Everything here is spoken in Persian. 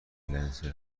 لنسر